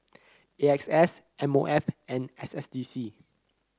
A X S M O F and S S D C